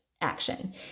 action